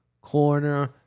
corner